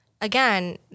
again